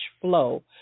flow